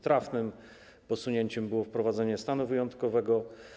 Trafnym posunięciem było wprowadzenie stanu wyjątkowego.